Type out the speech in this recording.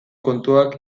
kontuak